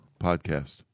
podcast